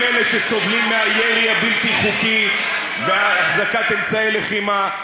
הם שסובלים מהירי הבלתי-חוקי ומהחזקת אמצעי לחימה,